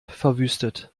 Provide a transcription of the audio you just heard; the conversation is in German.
verwüstet